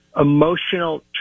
emotional